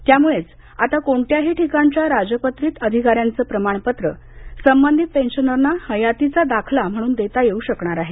त्यामुळेच आता कोणत्याही ठिकाणच्या राजपत्रित अधिकाऱ्यांचं प्रमाणपत्र संबंधित पेन्शनरना हयातीचा दाखला म्हणून देता येऊ शकणार आहे